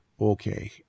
Okay